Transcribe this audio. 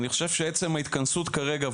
אני חושב שעצם ההתכנסות כרגע,